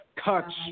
Touch